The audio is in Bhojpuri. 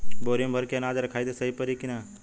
बोरी में भर के अनाज रखायी त सही परी की ना?